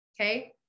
Okay